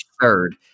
third